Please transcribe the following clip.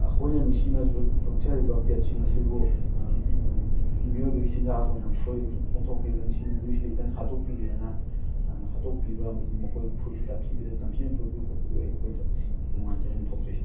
ꯑꯩꯈꯣꯏꯅ ꯅꯨꯡꯁꯤꯅ ꯌꯣꯛꯆꯔꯤꯕ ꯄꯦꯠꯁꯤꯡ ꯑꯁꯤꯕꯨ ꯃꯤꯑꯣꯏꯕꯒꯤ ꯆꯤꯟꯖꯥꯛ ꯑꯣꯏꯅ ꯃꯈꯣꯏ ꯑꯣꯟꯊꯣꯛꯄꯤꯔꯒ ꯅꯨꯡꯁꯤ ꯅꯨꯡꯁꯤ ꯂꯩꯇꯅ ꯍꯥꯠꯇꯣꯛꯄꯤꯈꯤꯗꯅ ꯍꯥꯠꯇꯣꯛꯄꯤꯕ ꯑꯃꯗꯤ ꯃꯈꯣꯏꯕꯨ ꯐꯨꯕꯤ ꯇꯝꯊꯤꯅ ꯐꯨꯕꯤꯕ ꯈꯣꯠꯄꯤꯕ ꯑꯩꯈꯣꯏꯗ ꯌꯥꯝ ꯅꯨꯡꯉꯥꯏꯇꯕ ꯑꯃ ꯐꯥꯎꯖꯩ